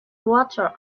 water